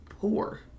poor